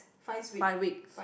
five weeks